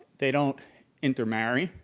they don't inter marry,